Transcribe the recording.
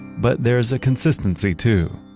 but there is a consistency too,